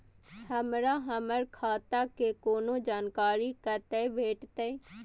हमरा हमर खाता के कोनो जानकारी कतै भेटतै?